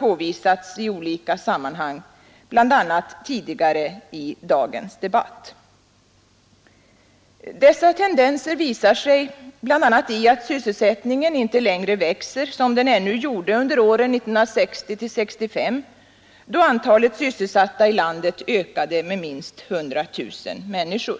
påvisats i olika sammanhang, bl.a. tidigare i dagens debatt. Dessa tendenser visar sig bl.a. i att sysselsättningen inte längre växer som den ännu gjorde under åren 1960—1965, då antalet sysselsatta i landet ökade med minst 100000 människor.